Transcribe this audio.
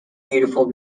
beautiful